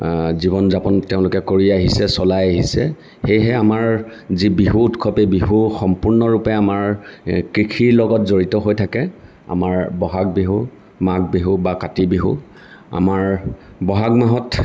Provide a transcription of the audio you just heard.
জীৱন যাপন তেওঁলোকে কৰি আহিছে চলাই আহিছে সেয়েহে আমাৰ যি বিহু উৎসৱ এই বিহু সম্পূৰ্ণৰূপে আমাৰ কৃষিৰ লগত জড়িত হৈ থাকে আমাৰ ব'হাগ বিহু মাঘ বিহু বা কাতি বিহু আমাৰ ব'হাগ মাহত